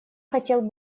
хотел